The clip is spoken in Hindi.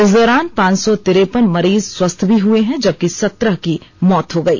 इस दौरान पांच सौ तिरपन मरीज स्वस्थ भी हुए हैं जबकि सत्रह की मौत हो गई